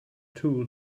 tool